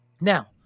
Now